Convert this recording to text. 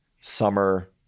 summer